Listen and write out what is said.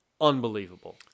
unbelievable